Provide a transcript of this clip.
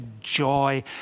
joy